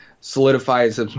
solidifies